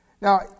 Now